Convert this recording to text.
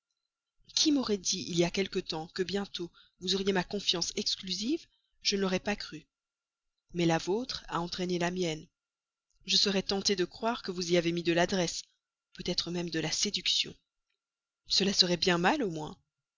qui m'aurait dit il y a quelque temps que bientôt vous auriez ainsi ma confiance exclusive je ne l'aurais pas cru mais la vôtre a entraîné la mienne je serais tenté de croire que vous y avez mis de l'adresse peut-être même de la séduction cela serait bien mal au moins